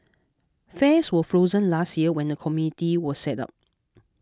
fares were frozen last year when the committee was set up